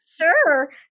Sure